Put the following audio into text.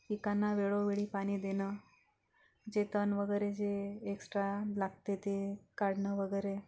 पिकांना वेळोवेळी पाणी देणं जे तण वगैरे जे एक्स्ट्रा लागतं आहे ते काढणं वगैरे